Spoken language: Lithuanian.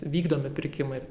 vykdomi pirkimai